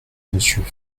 monsieur